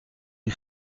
lui